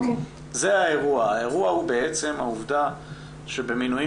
האירוע הוא בעצם העובדה שבמינויים